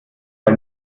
bei